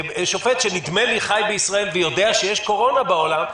שופט שחי בישראל ויודע שיש קורונה בעולם,